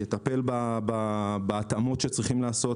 יטפל בהתאמות שצריך לעשות